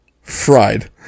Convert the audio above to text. fried